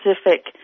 specific